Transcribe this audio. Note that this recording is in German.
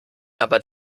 aber